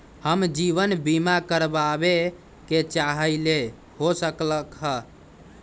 हम जीवन बीमा कारवाबे के चाहईले, हो सकलक ह?